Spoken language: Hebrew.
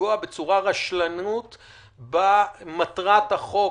לפגוע בצורה רשלנית במטרת החוק,